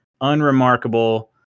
unremarkable